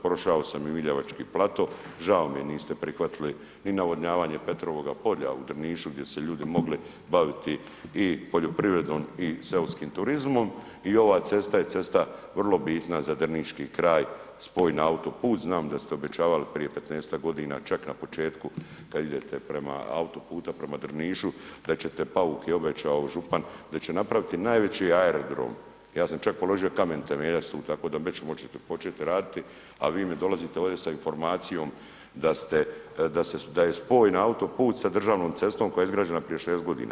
Prošao sam i ... plato, žao mi je, niste prihvatili ni navodnjavanje Petrovoga polja u Drnišu gdje se ljudi mogli baviti i poljoprivredom i seoskim turizmom i ova cesta je cesta vrlo bitna za drniški kraj, spoj na autoput, znam da ste obećavali prije 15-tak godina, čak na početku, kad idete prema autoputa prema Drnišu, pa ćete, Pauk je obećao župan da će napraviti najveći aerodrom, ja sam čak položio kamen temeljac tu, tako da ... početi raditi, a vi mi dolazite ovdje sa informacijom da je spoj na autoput sa državnom cestom koja je izgrađena prije 60 godina.